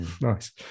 Nice